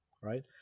right